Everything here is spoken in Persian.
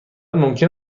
ممکن